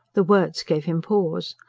the words gave him pause.